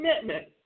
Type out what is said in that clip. commitment